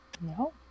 No